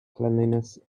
cleanliness